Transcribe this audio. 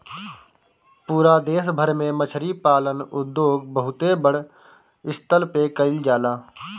पूरा देश भर में मछरी पालन उद्योग बहुते बड़ स्तर पे कईल जाला